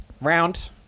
Round